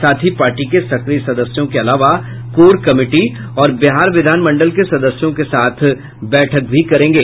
साथ ही पार्टी के सक्रिय सदस्यों के अलावा कोर कमिटी और बिहार विधानमंडल के सदस्यों के साथ बैठक भी करेंगे